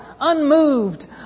unmoved